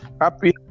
happy